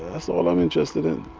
that's all i'm interested in.